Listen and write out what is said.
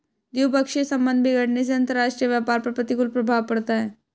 द्विपक्षीय संबंध बिगड़ने से अंतरराष्ट्रीय व्यापार पर प्रतिकूल प्रभाव पड़ता है